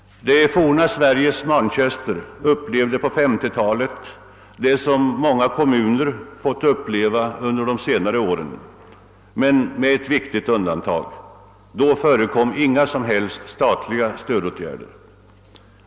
Det forna »Sveriges Manchester» upplevde på 1950-talet vad en del andra kommuner fått uppleva under senare år. En väsentlig skillnad föreligger emellertid: på 1950-talet förekom inga statliga stödåtgärder.